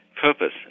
purpose